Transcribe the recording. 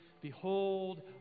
Behold